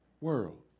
world